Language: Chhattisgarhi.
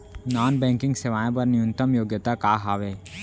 नॉन बैंकिंग सेवाएं बर न्यूनतम योग्यता का हावे?